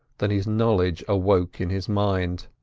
than his knowledge awoke in his mind,